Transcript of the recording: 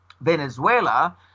Venezuela